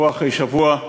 שבוע אחרי שבוע,